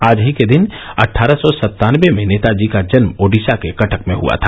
आज ही के दिन अट्ठारह सौ सत्तानबे में नेताजी का जन्म ओडिसा के कटक में हुआ था